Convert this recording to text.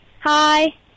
Hi